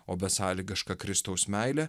o besąlygiška kristaus meilė